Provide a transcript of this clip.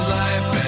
life